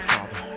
Father